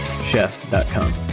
chef.com